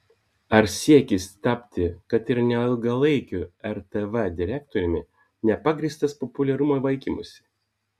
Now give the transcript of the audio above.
ar siekis tapti kad ir neilgalaikiu rtv direktoriumi nepagrįstas populiarumo vaikymusi